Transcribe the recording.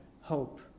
hope